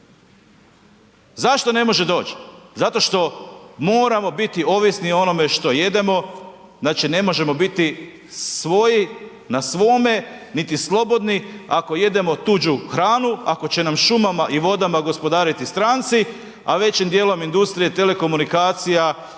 Zašto ne može doći? Zato što moramo biti ovisni o onome što jedemo, znači ne možemo biti svoji na svome niti slobodni ako jedemo tuđu hranu, ako će nam šumama i vodama gospodariti stranci, a većim dijelom industrije telekomunikacija,